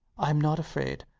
i'm not afraid,